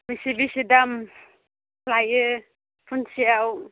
बेसे बेसे दाम लायो फुनसेयाव